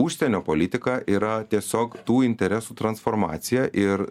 užsienio politika yra tiesiog tų interesų transformacija ir